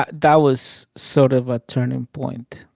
that that was sort of a turning point.